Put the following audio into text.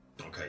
Okay